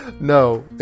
No